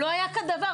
לא היה כדבר הזה.